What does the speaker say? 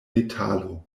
metalo